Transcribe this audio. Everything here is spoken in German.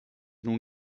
nun